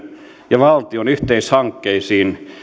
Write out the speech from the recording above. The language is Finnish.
ja valtion yhteishankkeisiin